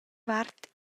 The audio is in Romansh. vart